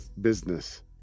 business